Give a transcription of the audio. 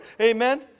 Amen